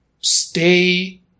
stay